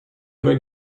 going